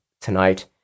tonight